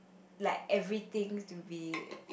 like everything to be